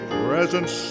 presence